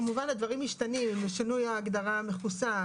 כמובן שהדברים משתנים עם שינוי ההגדרה "מחוסן",